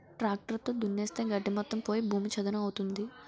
tractor తో దున్నిస్తే గడ్డి మొత్తం పోయి భూమి చదును అవుతుంది